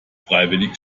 freiwillig